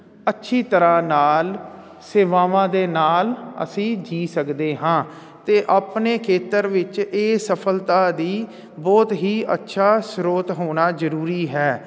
ਅੱਛੀ ਤਰ੍ਹਾਂ ਨਾਲ ਸੇਵਾਵਾਂ ਦੇ ਨਾਲ ਅਸੀਂ ਜੀਅ ਸਕਦੇ ਹਾਂ ਅਤੇ ਆਪਣੇ ਖੇਤਰ ਵਿੱਚ ਇਹ ਸਫਲਤਾ ਦਾ ਬਹੁਤ ਹੀ ਅੱਛਾ ਸਰੋਤ ਹੋਣਾ ਜ਼ਰੂਰੀ ਹੈ